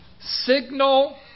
signal